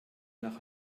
nach